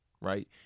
right